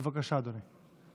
בבקשה, אדוני.